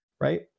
right